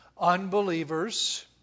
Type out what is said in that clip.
unbelievers